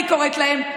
אני קוראת להם,